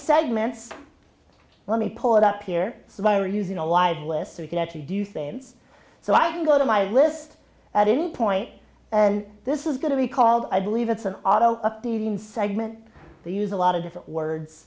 segments let me pull it up here so why are using a live list so you can actually do since so i can go to my list at any point and this is going to be called i believe it's an auto updating segment they use a lot of different words